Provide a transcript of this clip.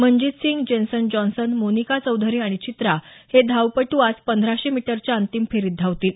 मनजीत सिंग जिन्सन जॉन्सन मोनिका चौधरी आणि चित्रा हे धावपटू आज पंधराशे मीटरच्या अंतिम फेरीत धावतील